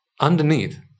underneath